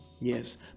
yes